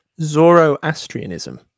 Zoroastrianism